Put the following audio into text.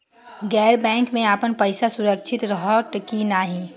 गैर बैकिंग में अपन पैसा सुरक्षित रहैत कि नहिं?